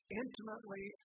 intimately